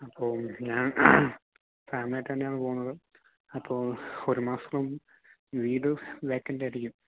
അപ്പോൾ ഞാൻ ഫാമിലിയായിട്ട് തന്നെയാണ് പോകണത് അപ്പോൾ ഒരു മാസം വീട് വേക്കൻറ്റായിരിക്കും